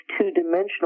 two-dimensional